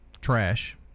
trash